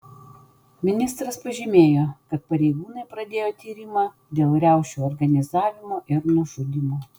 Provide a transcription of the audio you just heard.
ministras pažymėjo kad pareigūnai pradėjo tyrimą dėl riaušių organizavimo ir nužudymo